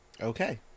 Okay